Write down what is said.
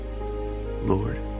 Lord